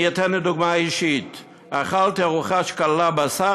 אני אתן דוגמה אישית: אכלתי ארוחה שכללה בשר,